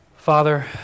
Father